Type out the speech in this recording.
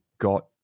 got